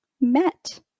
met